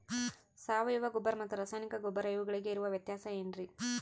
ಸಾವಯವ ಗೊಬ್ಬರ ಮತ್ತು ರಾಸಾಯನಿಕ ಗೊಬ್ಬರ ಇವುಗಳಿಗೆ ಇರುವ ವ್ಯತ್ಯಾಸ ಏನ್ರಿ?